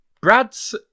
Brad's